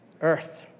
Earth